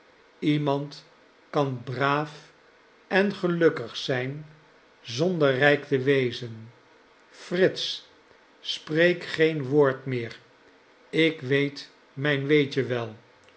iemand kan braaf en gelukkig zijn zonder rijk te wezen frits spreek geen woord meer ik weet mijn weetje wel